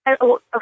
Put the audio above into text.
Okay